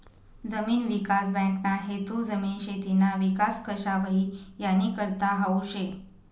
जमीन विकास बँकना हेतू जमीन, शेतीना विकास कशा व्हई यानीकरता हावू शे